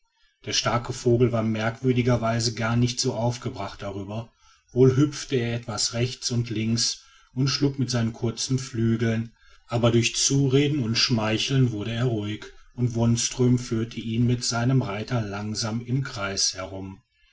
der starke vogel war merkwürdigerweise gar nicht so aufgebracht darüber wohl hüpfte er etwas rechts und links und schlug mit seinen kurzen flügeln aber durch zureden und schmeicheln wurde er ruhig und wonström führte ihn mit seinem reiter langsam im kreise herum